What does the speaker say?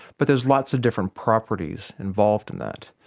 but there's lots of different properties involved in that.